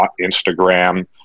Instagram